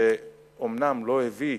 שאומנם לא הביא,